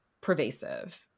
pervasive